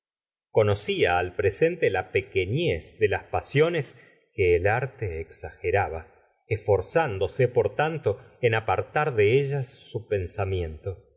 deseo conocía al presente la pequeñez de las pasiones que el arte exageraba esforzándose por tanto en apartar de ellas su pensamiento